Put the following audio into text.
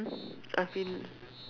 I feel